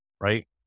right